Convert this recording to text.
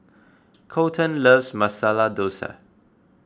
Kolten loves Masala Dosa